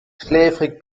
schläfrig